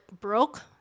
broke